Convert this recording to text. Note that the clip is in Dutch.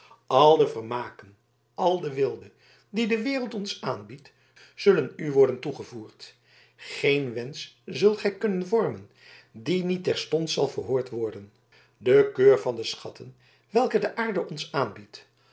de vermaken al de weelde die de wereld ons aanbiedt zullen u worden toegevoerd geen wensch zult gij kunnen vormen die niet terstond zal verhoord worden de keur van de schatten welke de aarde ons aanbiedt